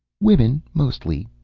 women, mostly,